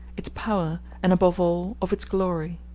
its power, and, above all, of its glory.